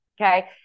Okay